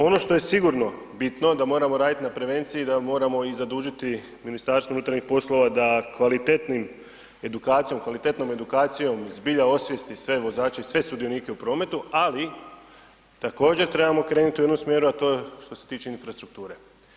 Ono što je sigurno bitno da moramo raditi na prevenciji, da moramo i zadužiti MUP da kvalitetnim edukacijom, kvalitetnom edukacijom zbilja osvijesti sve vozače i sve sudionike u prometu, ali također trebamo krenuti u jednom smjeru, a to je što se tiče infrastrukture.